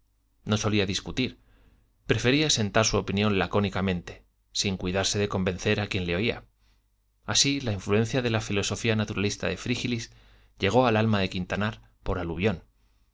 no solía discutir prefería sentar su opinión lacónicamente sin cuidarse de convencer a quien le oía así la influencia de la filosofía naturalista de frígilis llegó al alma de quintanar por aluvión